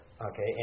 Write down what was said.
okay